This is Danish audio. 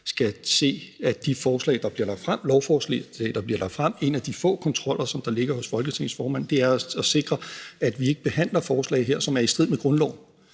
skal Folketingets formand jo se de lovforslag, der bliver lagt frem. En af de få kontroller, der ligger hos Folketingets formand, er jo at sikre, at vi her ikke behandler forslag, som er i strid med grundloven.